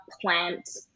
plant